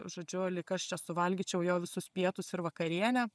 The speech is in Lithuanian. žodžiu lyg aš čia suvalgyčiau jo visus pietus ir vakarienę